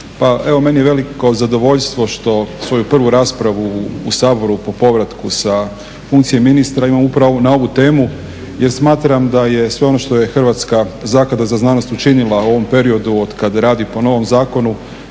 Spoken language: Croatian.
evo meni je veliko zadovoljstvo što svoju prvu raspravu u Saboru po povratku sa funkcije ministra imam upravo na ovu temu jer smatram da sve ono što je Hrvatska zaklada za znanost učinila u ovom periodu od kada radi po novom zakonu